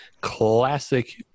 classic